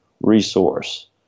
resource